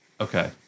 Okay